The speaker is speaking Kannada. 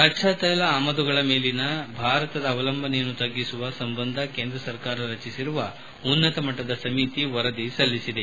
ಕಚ್ಚಾ ತ್ಯೆಲ ಆಮದುಗಳ ಮೇಲಿನ ಭಾರತದ ಅವಲಂಬನೆಯನ್ನು ತಗ್ಗಿಸುವ ಸಂಬಂಧ ಕೇಂದ್ರ ಸರ್ಕಾರ ರಚಿಸಿರುವ ಉನ್ನತ ಮಟ್ಲದ ಸಮಿತಿ ವರದಿ ಸಲ್ಲಿಸಿದೆ